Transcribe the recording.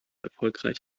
erfolgreich